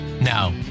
now